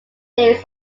days